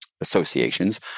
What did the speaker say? associations